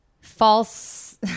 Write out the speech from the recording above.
false